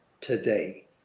today